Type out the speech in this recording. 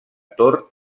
tor